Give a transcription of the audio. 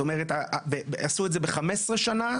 זאת אומרת שעשו ארבעה וחצי ג'יגה ב-15 שנה,